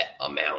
amount